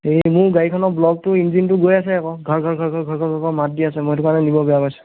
এই মোৰ গাড়ীখনৰ ব্লকটো ইঞ্জিনটো গৈ আছে আকৌ ঘৰ ঘৰ ঘৰ ঘৰ ঘৰ ঘৰ ঘৰ ঘৰ মাত দি আছে মই সেইটো কাৰণে নিব বেয়া পাইছোঁ